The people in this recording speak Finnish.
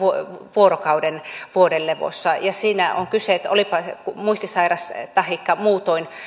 vuorokauden vuodelevossa ja olipa muistisairas taikka muutoin